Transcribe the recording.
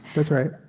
that's right